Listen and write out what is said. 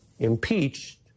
impeached